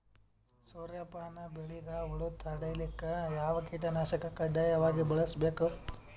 ಸೂರ್ಯಪಾನ ಬೆಳಿಗ ಹುಳ ತಡಿಲಿಕ ಯಾವ ಕೀಟನಾಶಕ ಕಡ್ಡಾಯವಾಗಿ ಬಳಸಬೇಕು?